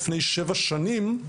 לפני שבע שנים,